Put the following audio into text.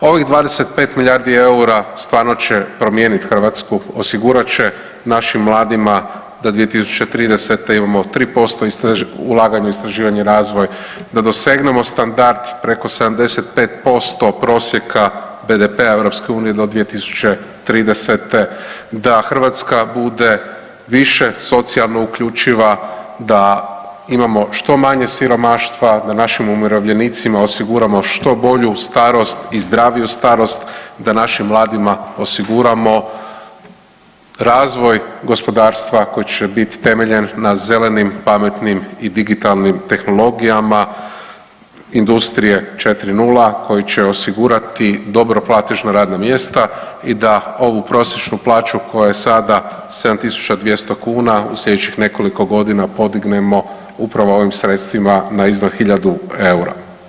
Ovih 25 milijardi eura stvarno će promijeniti Hrvatsku, osigurat će našim mladima da 2030. imamo 3% ulaganja u istraživanje i razvoj, da dosegnemo standard preko 75% prosjeka BDP-a EU do 2030., da Hrvatska bude više socijalno uključiva, da imamo što manje siromaštva, da našim umirovljenicima osiguramo što bolju starost i zdraviju starost, da našim mladima osiguramo razvoj gospodarstva koji će bit temeljen na zelenim, pametnim i digitalnim tehnologijama industrije 4.0 koji će osigurati dobro platežna radna mjesta i da ovu prosječnu plaću koja je sada 7.200 kuna u slijedećih nekoliko godina podignemo upravo ovim sredstvima na iznad 1.000 EUR-a.